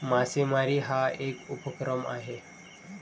मासेमारी हा एक उपक्रम आहे